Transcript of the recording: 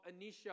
Anisha